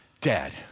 Dad